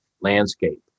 landscape